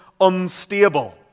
unstable